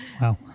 Wow